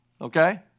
okay